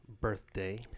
birthday